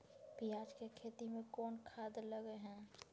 पियाज के खेती में कोन खाद लगे हैं?